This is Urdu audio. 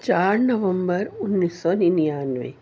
چار نومبر انیس سو ننانوے